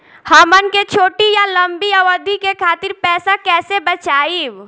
हमन के छोटी या लंबी अवधि के खातिर पैसा कैसे बचाइब?